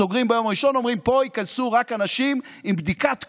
סוגרים ביום הראשון ואומרים: פה ייכנסו רק אנשים עם בדיקת קורונה,